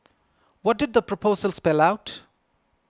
what did the proposal spell out